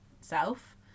self